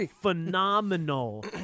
phenomenal